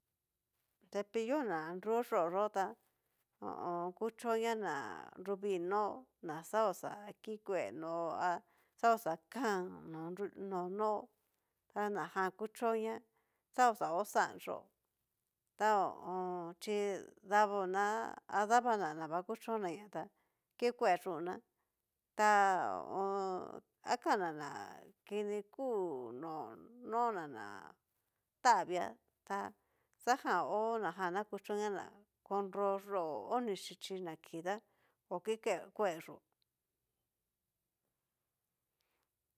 Cepillo na nro yo'ó yó ta kuchoña na nruvii nó'o na xauxa kikue nó'o a xa oxakan no nó'o tanajan kuchó na xa oxa ko xan yú'o ta ho o on. chi davo ná, adavana ta va kuchonaña tá kikue yuná, ta ho o on. akana ná kini kú no nóna ná tavia ha xajan hó najan ná kuchóña na konro yó'o, oni xhichi na kii tá okikue yó.